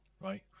right